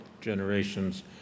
generations